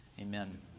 Amen